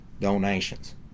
donations